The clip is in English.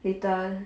later